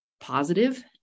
positive